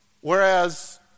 Whereas